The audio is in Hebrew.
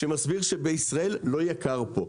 שמסביר שבישראל לא יקר פה.